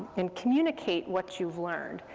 and communicate what you've learned.